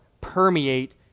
permeate